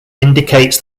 indicates